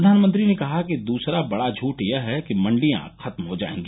प्रधानमंत्री ने कहा कि दूसरा बडा झूठ यह है कि मंडियां खत्म हो जायेंगी